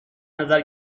نظر